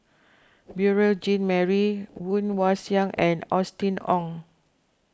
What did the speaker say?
Beurel Jean Marie Woon Wah Siang and Austen Ong